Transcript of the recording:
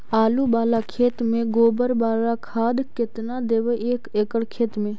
आलु बाला खेत मे गोबर बाला खाद केतना देबै एक एकड़ खेत में?